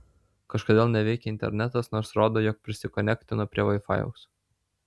kažkodėl neveikia internetas nors rodo jog prisikonektino prie vaifajaus